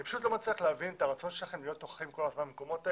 אני פשוט לא מצליח להבין את הרצון שלכם להיות כל הזמן במקומות האלה,